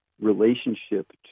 relationship